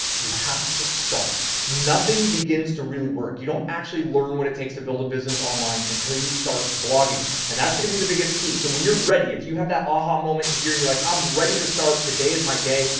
you have to start. nothing begins to really work. yeah. you don't actually learn what it takes to build a business online until you start blogging. and that's going to be the biggest key. so when you're ready, if you have that aha moment in here and you're like, i'm ready to start today is my day.